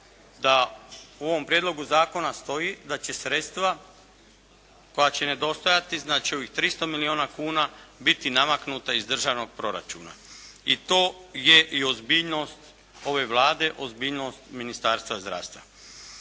da u ovom prijedlogu zakona stoji da će sredstva koja će nedostajati, znači ovih 300 milijuna kuna biti namaknuta iz državnog proračuna. I to je i ozbiljnost ove Vlade, ozbiljnost Ministarstva zdravstva.